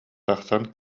тахсан